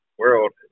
world